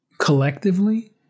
collectively